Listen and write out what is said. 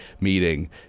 meeting